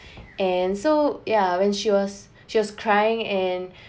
and so yeah when she was she was crying and